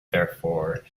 therefore